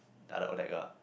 the other oh that girl ah